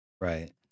Right